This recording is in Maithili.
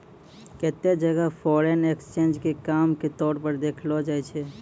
केत्तै जगह फॉरेन एक्सचेंज के काम के तौर पर देखलो जाय छै